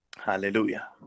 Hallelujah